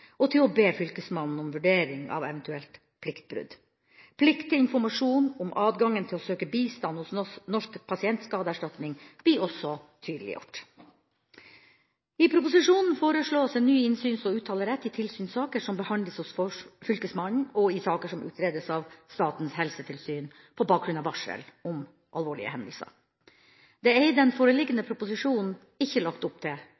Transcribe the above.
og til å be fylkesmannen om vurdering av eventuelt pliktbrudd. Plikt til informasjon om adgangen til å søke bistand hos Norsk pasientskadeerstatning blir også tydeliggjort. I proposisjonen foreslås en ny innsyns- og uttalerett i tilsynssaker som behandles hos fylkesmannen, og i saker som utredes av Statens helsetilsyn på bakgrunn av varsel om alvorlige hendelser. Det er i den foreliggende proposisjonen ikke lagt opp til